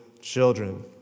children